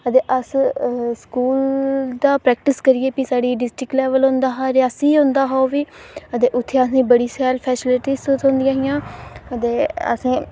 ते अस बी स्कूल दा प्रैक्टिस करियै प्ही साढ़ी डिस्ट्रिक्ट लेवल होंदा हा रियासी होंदा हा ओह्बी ते उत्थै असेंगी बड़ी शैल हियां ते असें